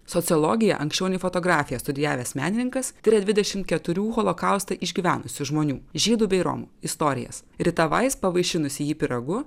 sociologiją anksčiau nei fotografiją studijavęs menininkas tiria dvidešimt keturių holokaustą išgyvenusių žmonių žydų bei romų istorijas rita vais pavaišinusi jį pyragu